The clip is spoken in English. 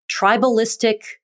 Tribalistic